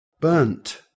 burnt